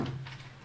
הגבלת פעילות)